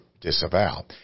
disavow